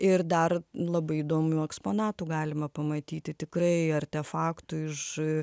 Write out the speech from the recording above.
ir dar labai įdomių eksponatų galima pamatyti tikrai artefaktų iš